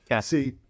See